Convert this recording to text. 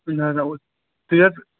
نہَ نہَ تُہۍ حظ